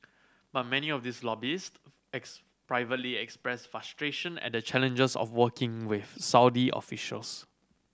but many of these lobbyist privately express frustration at the challenges of working with Saudi officials